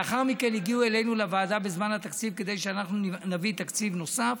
לאחר מכן הגיעו אלינו לוועדה בזמן התקציב כדי שאנחנו נביא תקציב נוסף.